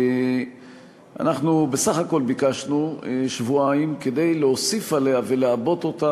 אנחנו בסך הכול ביקשנו שבועיים כדי להוסיף עליה ולעבות אותה